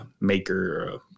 maker